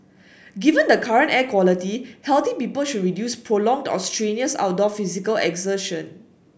given the current air quality healthy people should reduce prolonged or strenuous outdoor physical exertion